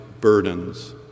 burdens